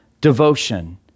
devotion